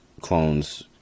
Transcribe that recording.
clones